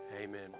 Amen